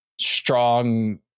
strong